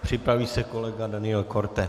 Připraví se kolega Daniel Korte.